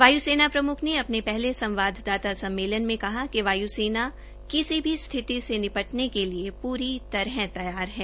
वाय् सेना प्रम्ख ने अपने पहले संवाददाता सम्मेलन में कहा कि वाय्सेना किसी किसी भी स्थिति से निपटने के लिए पूरी तरह तैयार है